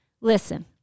listen